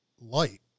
light